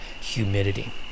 humidity